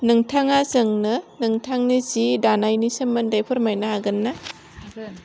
नोंथाङा जोंनो नोंथांनि सि जानायनि सोमोन्दै फोरमायनो हागोन ना हागोन